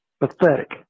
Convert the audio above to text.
Pathetic